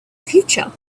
future